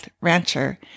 rancher